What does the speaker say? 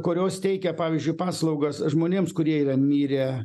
kurios teikia pavyzdžiui paslaugas žmonėms kurie yra mirę